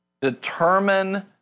determine